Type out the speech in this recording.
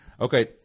Okay